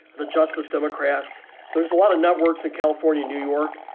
the justice democrats. so there's a lot of networks in california, new york,